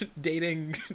dating